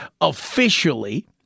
officially